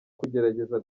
kugerageza